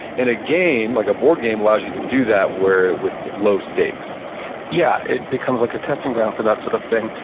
and a game, like a board game, allows you to do that with low stakes yeah, it becomes like a testing ground for that sort of thing.